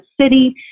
city